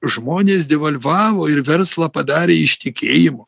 žmonės devalvavo ir verslą padarė iš tikėjimo